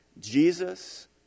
Jesus